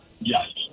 Yes